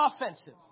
offensive